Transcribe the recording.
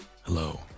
Hello